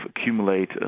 accumulate